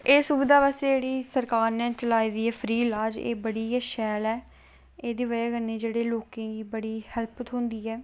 एह् सुविधा जेह्ड़ी सरकार नै चलाई दी ऐ फ्री ईलाज एह् बड़ी गै शैल ऐ एह्दी बजह कन्नै जेह्ड़ी लोकें गी बड़ी हैल्प थ्होंदी ऐ